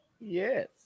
Yes